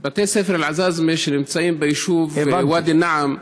שנמצאים ביישוב ואדי אל-נעם,